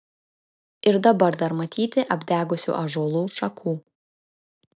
ir dabar dar matyti apdegusių ąžuolų šakų